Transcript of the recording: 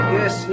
yes